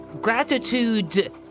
gratitude